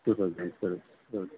to thousand ಸರಿ ಸರಿ